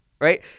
Right